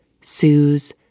Sue's